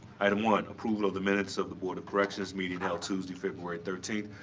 item one, approval of the minutes of the board of corrections meeting held tuesday, february thirteenth,